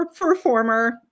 performer